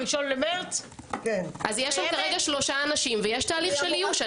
יש כרגע שלושה אנשים ויש תהליך של איוש.